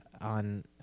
on